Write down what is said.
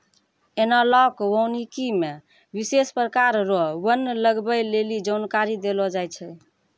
एनालाँक वानिकी मे विशेष प्रकार रो वन लगबै लेली जानकारी देलो जाय छै